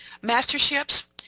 masterships